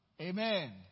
Amen